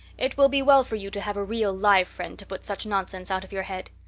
it will be well for you to have a real live friend to put such nonsense out of your head.